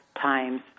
times